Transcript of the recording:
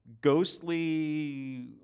ghostly